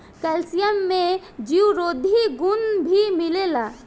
calcium में जीवरोधी गुण भी मिलेला